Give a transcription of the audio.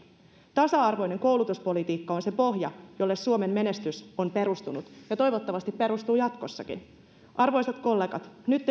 tasa arvoinen koulutuspolitiikka on se pohja jolle suomen menestys on perustunut ja toivottavasti perustuu jatkossakin arvoisat kollegat nyt